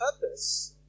purpose